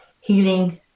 Healing